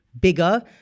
bigger